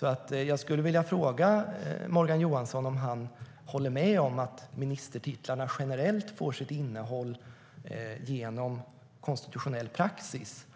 Jag skulle därför vilja fråga Morgan Johansson om han håller med om att ministertitlarna generellt får sitt innehåll genom konstitutionell praxis